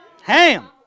Ham